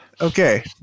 Okay